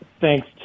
thanks